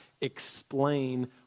explain